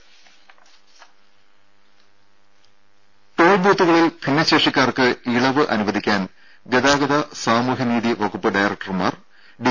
ദര ടോൾ ബൂത്തുകളിൽ ഭിന്നശേഷിക്കാർക്ക് ഇളവ് അനുവദിക്കാൻ ഗതാഗത സാമൂഹ്യ നീതി വകുപ്പ് ഡയറക്ടർമാർ ഡി